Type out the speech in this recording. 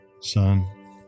Son